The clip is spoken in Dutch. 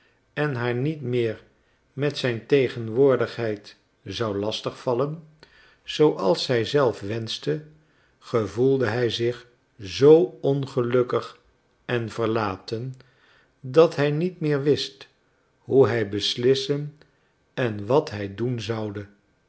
en haar niet meer met zijn tegenwoordigheid zou lastig vallen zooals zij zelf wenschte gevoelde hij zich zoo ongelukkig en verlaten dat hij niet meer wist hoe hij beslissen en wat hij doen zoude